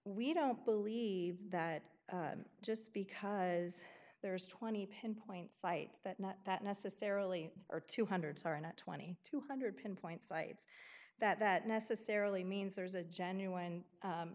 we don't believe that just because there's twenty pinpoint sites that not that necessarily are two hundred sarin a twenty two hundred pinpoint sites that that necessarily means there's a genuine